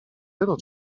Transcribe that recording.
little